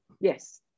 Yes